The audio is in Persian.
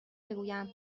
بگویم